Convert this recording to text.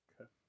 Okay